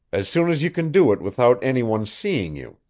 as soon as you can do it without any one's seeing you.